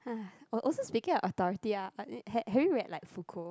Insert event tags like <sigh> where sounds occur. <noise> o~ also speaking of authority ah ha~ have your read like Fuko